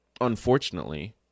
unfortunately